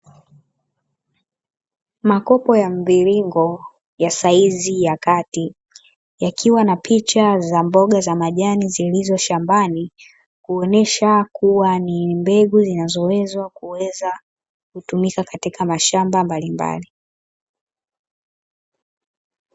Makopo ya mviringo ya saizi ya kati, yakiwa na picha za mboga za majani zilizo shambani, kuonyesha kuwa ni mbegu zinazoweza kutumika katika mashamba mbalimbali.